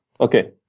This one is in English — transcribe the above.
Okay